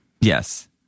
Yes